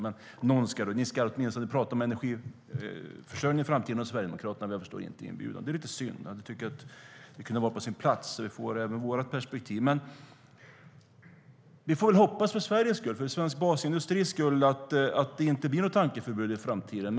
Man ska i alla fall tala om energiförsörjningen i framtiden, och vad jag förstår är Sverigedemokraterna inte inbjudna. Det är lite synd. Det kunde vara på sin plats att även få vårt perspektiv på frågan. För Sveriges skull och för svensk basindustris skull får vi hoppas att det inte blir något tankeförbud i framtiden.